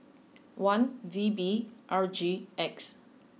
one V B R G X